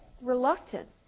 reluctant